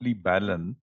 balanced